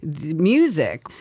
Music